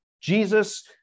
Jesus